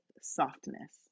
softness